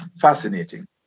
Fascinating